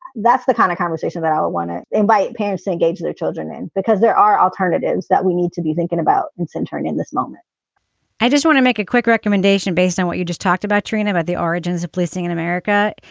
that's the kind of conversation that i want to invite parents to engage their children in, because there are alternatives that we need to be thinking about and tintern in this moment i just want to make a quick recommendation based on what you just talked about, trying at the origins of policing in america.